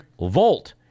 Volt